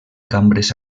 cambres